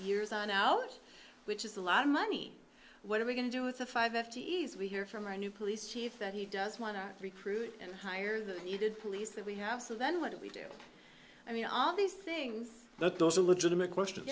years on ours which is a lot of money what are we going to do with a five f t e as we hear from our new police chief that he does want to recruit and hire you did police that we have so then what do we do i mean all these things that those are legitimate question